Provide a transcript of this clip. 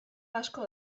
asko